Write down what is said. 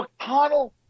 McConnell